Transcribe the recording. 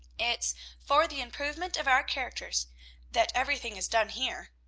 it's for the improvement of our characters that everything is done here.